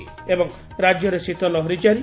ଏବଂ ରାଜ୍ୟରେ ଶୀତଲହରୀ ଜାରି